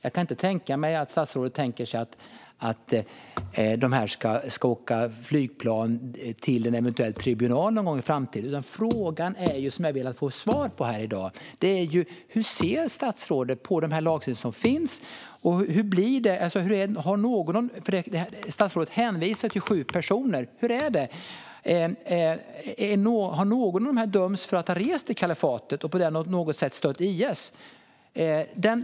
Jag kan inte tänka mig att statsrådet tänker sig att dessa personer ska åka flygplan till en eventuell tribunal någon gång i framtiden. Frågan som jag har velat få svar på här i dag är: Hur ser statsrådet på den lagstiftning som finns? Statsrådet hänvisar till sju personer. Hur är det: Har någon av dessa dömts för att ha rest till kalifatet och för att på något sätt ha stött IS?